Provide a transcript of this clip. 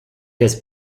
has